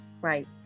right